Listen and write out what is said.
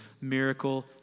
miracle